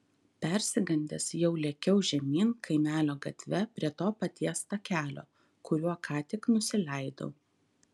persigandęs jau lėkiau žemyn kaimelio gatve prie to paties takelio kuriuo ką tik nusileidau